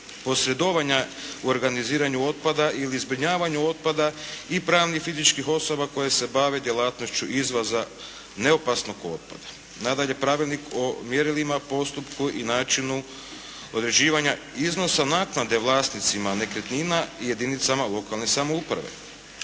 posredovanja u organiziranju otpada ili zbrinjavanju otpada i pravnih i fizičkih osoba koje se bave djelatnošću izlaza neopasnog otpada. Nadalje, Pravilnik o mjerilima, postupku i načinu uređivanja iznosa naknade vlasnicima nekretnina i jedinicama lokalne samouprave.